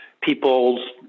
People's